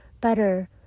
better